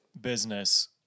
business